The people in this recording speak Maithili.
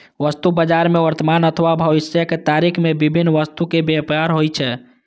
वस्तु बाजार मे वर्तमान अथवा भविष्यक तारीख मे विभिन्न वस्तुक व्यापार होइ छै